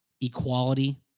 equality